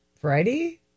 Friday